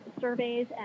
surveys